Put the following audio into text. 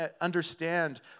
understand